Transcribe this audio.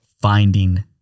finding